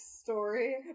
story